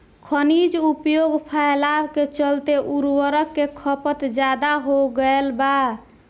खनिज उपयोग फैलाव के चलते उर्वरक के खपत ज्यादा हो गईल बा